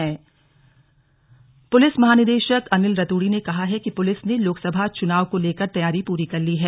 slug police महानिदेशक police मेहानिदेशक अनिल रतूड़ी ने कहा है कि पुलिस ने लोकसभा चुनाव को लेकर तैयारी पूरी कर ली है